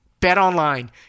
BetOnline